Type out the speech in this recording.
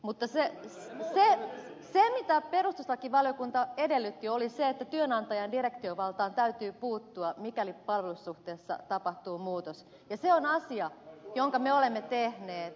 mutta se mitä perustuslakivaliokunta edellytti oli se että työnantajan direktiovaltaan täytyy puuttua mikäli palvelussuhteessa tapahtuu muutos ja se on asia jonka me olemme tehneet